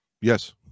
Yes